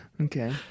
Okay